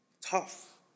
Tough